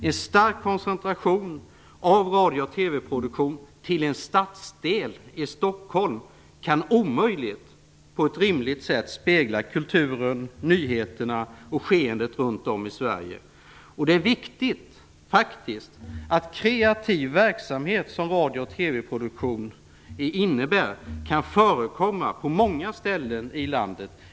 En stark koncentration av radio och TV-produktion till en stadsdel i Stockholm kan omöjligt på ett rimligt sätt spegla kulturen, nyheterna och skeendet runt om i Sverige. Det är viktigt att kreativ verksamhet, som radiooch TV-produktion innebär, kan förekomma på många ställen i landet.